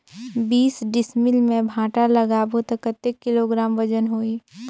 बीस डिसमिल मे भांटा लगाबो ता कतेक किलोग्राम वजन होही?